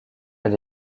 elle